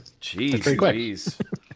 Jeez